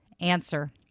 Answer